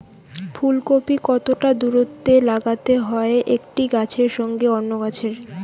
ফুলকপি কতটা দূরত্বে লাগাতে হয় একটি গাছের সঙ্গে অন্য গাছের?